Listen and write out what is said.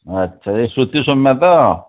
ଆଚ୍ଛା ଇଏ ସୃତିସୌମ୍ୟା ତ